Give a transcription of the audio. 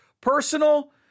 personal